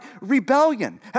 rebellion